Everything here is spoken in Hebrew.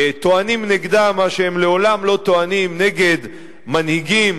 טוענים נגדה מה שהם לעולם לא טוענים נגד מנהיגים